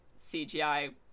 CGI